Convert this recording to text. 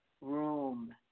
room